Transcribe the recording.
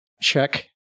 check